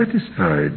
satisfied